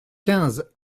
quinze